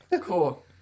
Cool